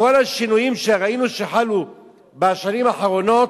כל השינויים שראינו שחלו בשנים האחרונות,